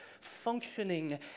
functioning